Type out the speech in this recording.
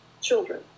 children